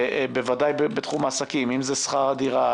בוודאי בתחום העסקים אם זה שכר הדירה,